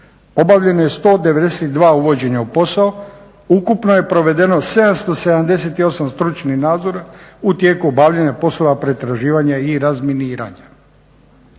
Obavljeno je 192 uvođenja u posao. Ukupno je provedeno 778 stručnih nadzora u tijeku obavljanja poslova pretraživanja i razminiranja.